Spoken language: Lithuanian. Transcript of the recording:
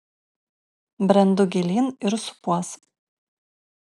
brendu gilyn ir supuos